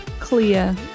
clear